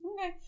Okay